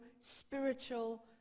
spiritual